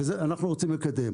וזה, אנחנו רוצים לקדם.